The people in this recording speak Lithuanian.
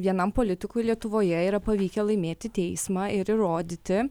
vienam politikui lietuvoje yra pavykę laimėti teismą ir įrodyti